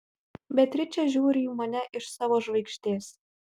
beatričė žiūri į mane iš savo žvaigždės